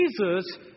Jesus